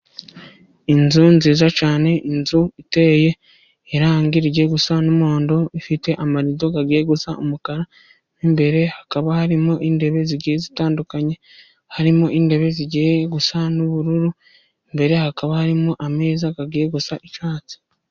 Inzu nziza cyane inzu iteye irangiriye gusa n'umuhondo, ifite amarido agiye gusa umukara, imbere hakaba harimo intebe zigiye zitandukanye, harimo intebe zigiye gusa n'ubururu, imbere hakaba harimo ameza agiye gusa icyatsi.